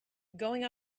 going